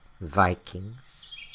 Vikings